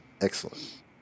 Excellent